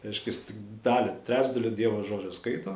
reiškias tik dalį trečdalį dievo žodžio skaito